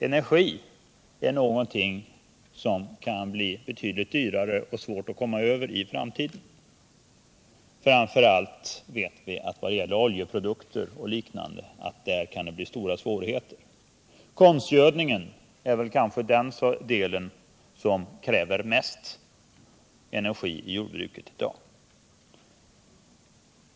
Energin kan bli betydligt dyrare och svårare att komma över i framtiden. Framför allt vet vi att det kan bli stora svårigheter när det gäller oljeprodukter och liknande. Konstgödningen är kanske den del av jordbruket i dag som kräver mest energi.